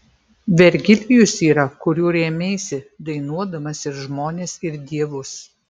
vergilijus yra kuriuo rėmeisi dainuodamas ir žmones ir dievus